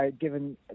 given